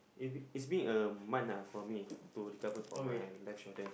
if it it's being a month ah for me to recover for my left shoulder